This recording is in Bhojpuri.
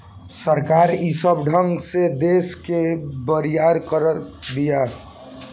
सरकार ई सब ढंग से देस के बरियार करत बिया